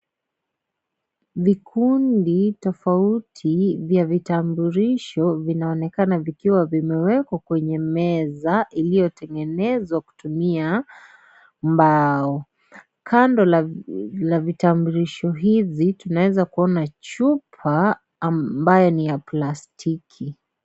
Vikundi tofauti vya vitambulisho, vinaonekana vikiwa vimewekwa kwenye meza iliyotengenezwa kutumia mbao. Kando la vitambulisho hizi, tunaweza kuona chupa ambayo ni ya plastiki.